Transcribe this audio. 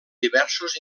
diversos